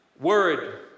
word